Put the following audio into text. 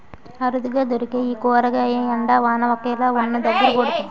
అరుదుగా దొరికే ఈ కూరగాయ ఎండ, వాన ఒకేలాగా వున్నదగ్గర పండుతుంది